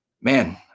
man